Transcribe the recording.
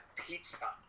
pizza